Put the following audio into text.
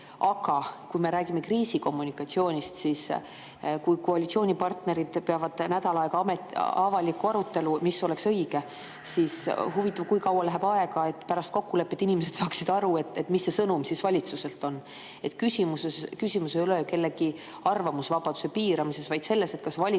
Aga kui me räägime kriisikommunikatsioonist, siis kui koalitsioonipartnerid peavad nädal aega avalikku arutelu, mis oleks õige, siis huvitav, kui kaua läheb aega, et pärast kokkulepet inimesed saaksid aru, mis see valitsuse sõnum siis on. Küsimus ei ole ju kellegi arvamusvabaduse piiramises, vaid selles, kas valitsus